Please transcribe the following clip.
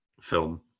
film